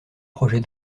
projet